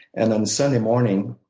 and on the sunday morning,